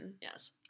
Yes